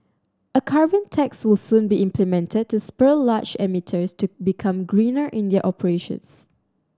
a carbon tax will soon be implemented to spur large emitters to become greener in their operations